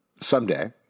Someday